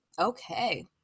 Okay